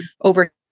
over